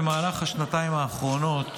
במהלך השנתיים האחרונות